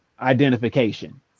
identification